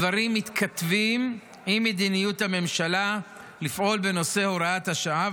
הדברים מתכתבים עם מדיניות הממשלה לפעול בנושא הוראת השעה,